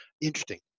Interesting